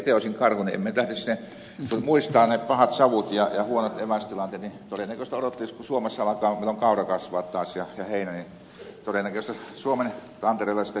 jos itse olisin karhu en lähtisi sinne muistaisin ne pahat savut ja huonot evästilanteet ja todennäköisesti odottelisin kun suomessa alkaa kaura kasvaa taas ja heinä todennäköisesti suomen tantereilla syötäisiin niitä